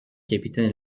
capitaine